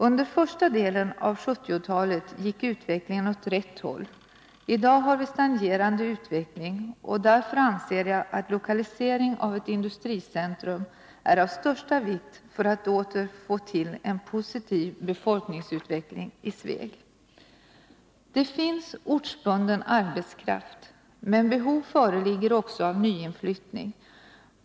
Under första delen av 1970-talet gick utvecklingen åt rätt håll. I dag har vi stagnerande utveckling, och därför anser jag att lokalisering av ett industricentrum är av största vikt för att åter få till stånd en positiv befolkningsutveckling i Sveg. Det finns ortsbunden arbetskraft, men behov föreligger också av nyinflyttning.